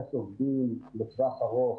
לגייס עובדים לטווח ארוך,